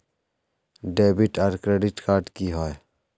Debit आर credit card की होय?